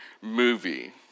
movie